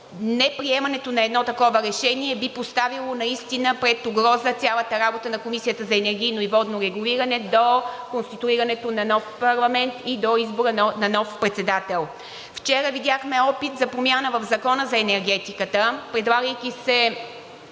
неприемането на едно такова решение би поставило наистина пред угроза цялата работа на Комисията за енергийно и водно регулиране до конституирането на нов парламент и до избора на нов председател. Вчера видяхме опит за промяна в Закона за енергетиката, предлагайки се